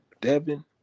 Devin